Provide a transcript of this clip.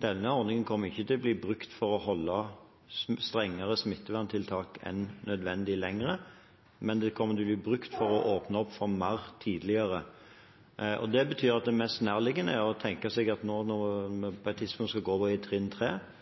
Denne ordningen kommer ikke til å bli brukt for å holde strengere smitteverntiltak lenger enn nødvendig, men det kommer til å bli brukt for å åpne opp for mer tidligere. Det betyr at det mest nærliggende å tenke seg når vi på et tidspunkt skal over i trinn 3, er at